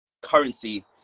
currency